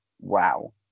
Wow